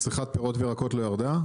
צריכת פירות וירקות לא ירדה?